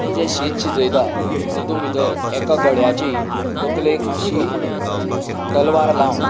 ते जे शीत शिजयतात तेतूंत भितर एका गड्याची तकलेक मातशीं तलवार लावन